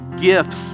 gifts